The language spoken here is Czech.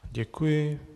Děkuji.